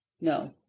No